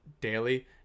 daily